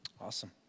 Awesome